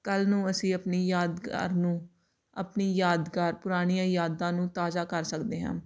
ਕੱਲ੍ਹ ਨੂੰ ਅਸੀਂ ਆਪਣੀ ਯਾਦਗਾਰ ਨੂੰ ਆਪਣੀ ਯਾਦਗਾਰ ਪੁਰਾਣੀਆਂ ਯਾਦਾਂ ਨੂੰ ਤਾਜ਼ਾ ਕਰ ਸਕਦੇ ਹਾਂ